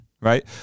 right